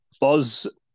buzz